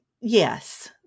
yes